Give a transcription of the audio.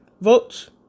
votes